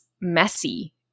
messy